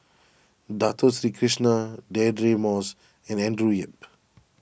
Dato Sri Krishna Deirdre Moss and Andrew Yip